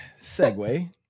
segue